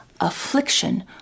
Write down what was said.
affliction